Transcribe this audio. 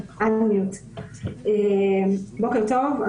בוקר טוב.